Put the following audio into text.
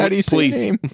Please